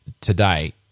today